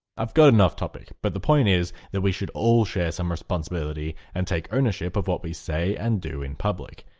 i've gotten off topic but the point is we should all share some responsibility and take ownership of what we say and do in public.